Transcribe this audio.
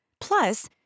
Plus